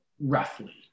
roughly